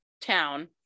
town